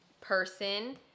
person